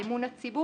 על אמון הציבור